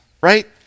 right